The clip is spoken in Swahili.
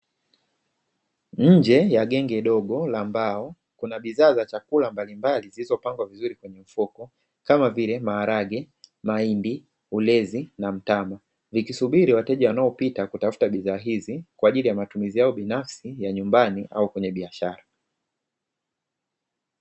Nje ya genge dogo la mbao kuna bidhaa za chakula mbalimbali zilizo pangwa vizuri kwa mpangilio kamavile maharage mahindi, ulezi, na mtama vikisubiri wateja wanao pita kutafuta bidhaa hizi kwajili ya matumizi yao binafsi ya nyumbani au kwenye biashara.